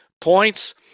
points